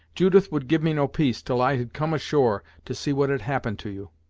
judith would give me no peace, till i had come ashore to see what had happened to you.